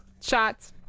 Shots